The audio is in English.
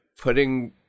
putting